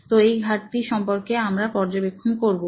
তো এই ঘাটতি সম্পর্কে আমরা পর্যবেক্ষণ করবো